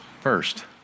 first